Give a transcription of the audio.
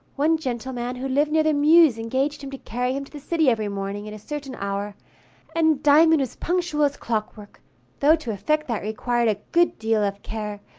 one gentleman who lived near the mews engaged him to carry him to the city every morning at a certain hour and diamond was punctual as clockwork though to effect that required a good deal of care,